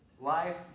life